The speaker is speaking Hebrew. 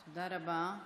תודה רבה.